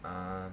um